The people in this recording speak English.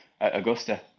Augusta